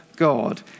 God